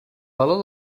valor